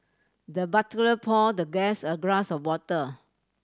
the butler poured the guest a glass of water